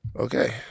Okay